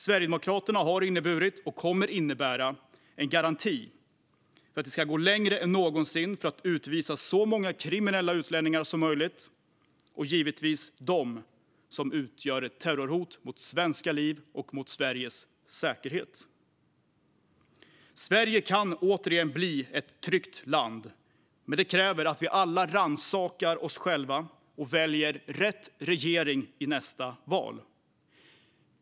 Sverigedemokraterna har inneburit och kommer att innebära en garanti för att vi ska gå längre än någonsin för att utvisa så många kriminella utlänningar som möjligt och givetvis dem som utgör ett terrorhot mot svenska liv och mot Sveriges säkerhet. Sverige kan återigen bli ett tryggt land, men det kräver att vi alla rannsakar oss själva och väljer rätt regering i nästa val.